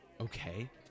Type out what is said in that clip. Okay